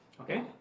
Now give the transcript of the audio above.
Okay